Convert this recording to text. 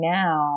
now